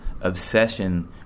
obsession